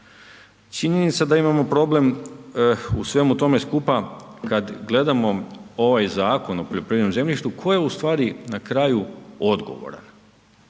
Činjenica da imamo problem u svemu tome skupa kad gledamo ovaj Zakon o poljoprivrednom zemljištu, tko je ustvari na kraju odgovoran?